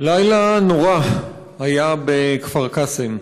לילה נורא היה בכפר קאסם.